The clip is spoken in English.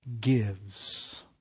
gives